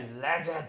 legend